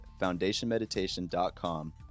foundationmeditation.com